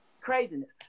Craziness